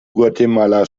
guatemala